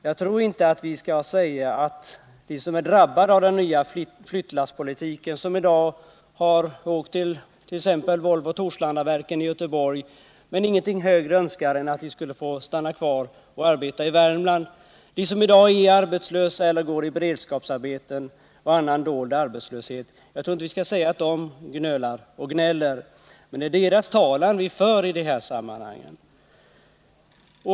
Jag tror inte att vi skall säga att de som är drabbade av den nya flyttningspolitiken, som i dag har åkt t.ex. till Volvo-Torslandaverken i Göteborg men ingenting högre önskar än att få stanna kvar och arbeta i Värmland, de som i dag är arbetslösa eller går i beredskapsarbeten och annan dold arbetslöshet — att de gnölar och gnäller. Det är deras talan vi för i dessa sammanhang.